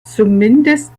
zumindest